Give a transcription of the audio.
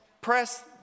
press